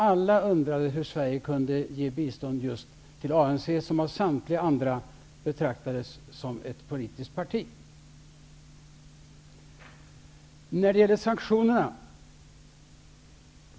Alla undrade hur Sverige kunde ge bistånd just till ANC, som av samtliga andra betraktades som ett politiskt parti.